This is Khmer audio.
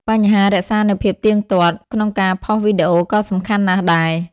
បញ្ហា រក្សានូវភាពទៀងទាត់ ក្នុងការផុសវីដេអូក៏សំខាន់ណាស់ដែរ។